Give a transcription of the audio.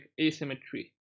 asymmetry